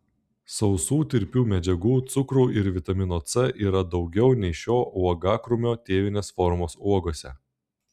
sausų tirpių medžiagų cukrų ir vitamino c yra daugiau nei šio uogakrūmio tėvinės formos uogose